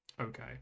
okay